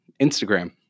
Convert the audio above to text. Instagram